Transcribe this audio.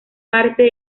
parte